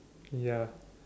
ya